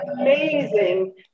amazing